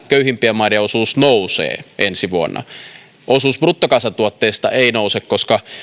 köyhimpien maiden osuus laskee ensi vuonna että osuus bruttokansantuotteesta ei nouse koska